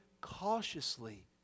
cautiously